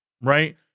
right